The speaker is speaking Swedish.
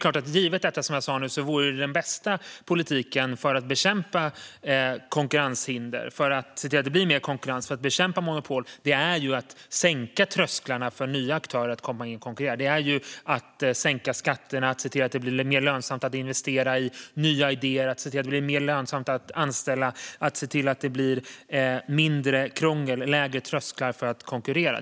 Givet detta vore den bästa politiken för att bekämpa konkurrenshinder och se till att det blir mer konkurrens och för att bekämpa monopol såklart att sänka trösklarna för nya aktörer att komma in och konkurrera. Det vore att sänka skatterna och se till att det blir mer lönsamt att investera i nya idéer och att anställa, mindre krångel och lägre trösklar för att konkurrera.